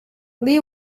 lee